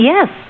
Yes